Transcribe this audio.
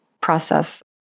process